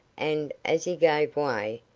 and, as he gave way,